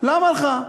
למה לך?